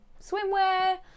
swimwear